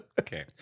Okay